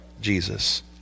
Jesus